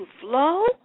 flow